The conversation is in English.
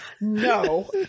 No